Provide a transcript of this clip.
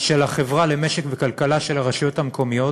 של החברה למשק וכלכלה של הרשויות המקומיות,